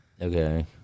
Okay